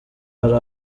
ari